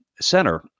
center